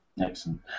Excellent